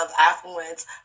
affluence